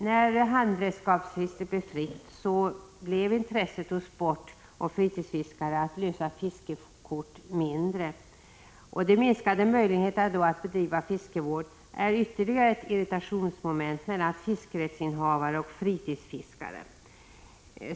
När handredskapsfisket blev fritt blev intresset bland sportoch fritidsfiskarna att lösa fiskekort mindre. De därigenom minskade möjligheterna att bedriva fiskevård är ytterligare ett irritationsmoment mellan fiskerättsinnehavare och fritidsfiskare.